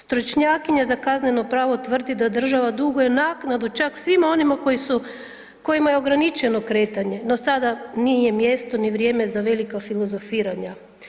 Stručnjakinja za kazneno pravo tvrdi da država duguje naknadu čak svima onima koji su, kojima je ograničeno kretanje, no sada nije ni mjesto, ni vrijeme za velika filozofiranja.